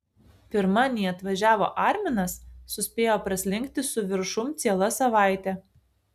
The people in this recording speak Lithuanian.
pirma nei atvažiavo arminas suspėjo praslinkti su viršum ciela savaitė